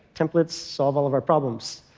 templates solve all of our problems.